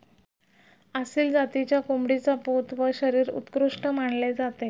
आसिल जातीच्या कोंबडीचा पोत व शरीर उत्कृष्ट मानले जाते